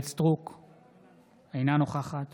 אינה נוכחת